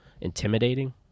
intimidating